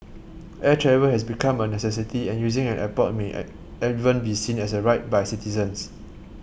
air travel has become a necessity and using an airport may even be seen as a right by citizens